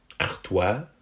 Artois